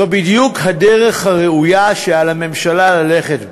זו בדיוק הדרך הראויה שעל הממשלה ללכת בה: